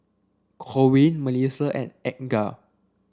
Corwin MelissiA and Edgar